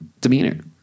demeanor